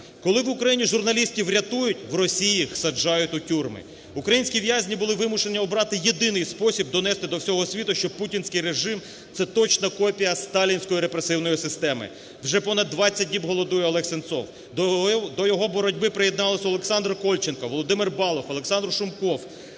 Коли в Україні журналістів рятують, в Росії їх саджають у тюрми. Українські в'язні були вимушені обрати єдиний спосіб донести до всього світу, що Путінський режим – це точна копія сталінської репресивної системи. Вже понад двадцять діб голодує Олег Сенцов, до його боротьби приєднались Олександр Кольченко, Володимир Балух, Олександр Шумков.